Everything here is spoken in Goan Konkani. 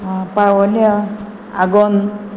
पावोल्या आगोंद